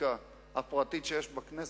החקיקה הפרטית שיש בכנסת,